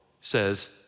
says